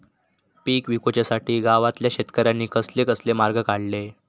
पीक विकुच्यासाठी गावातल्या शेतकऱ्यांनी कसले कसले मार्ग काढले?